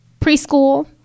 Preschool